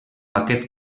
aquest